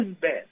best